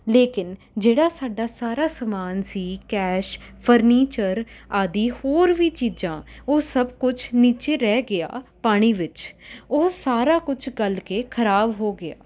ਲੇਕਿਨ ਜਿਹੜਾ ਸਾਡਾ ਸਾਰਾ ਸਮਾਨ ਸੀ ਕੈਸ਼ ਫਰਨੀਚਰ ਆਦਿ ਹੋਰ ਵੀ ਚੀਜ਼ਾਂ ਉਹ ਸਭ ਕੁਛ ਨੀਚੇ ਰਹਿ ਗਿਆ ਪਾਣੀ ਵਿੱਚ ਉਹ ਸਾਰਾ ਕੁਛ ਗਲ ਕੇ ਖ਼ਰਾਬ ਹੋ ਗਿਆ